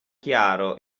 chiaro